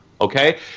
Okay